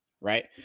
Right